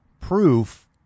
proof